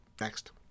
Next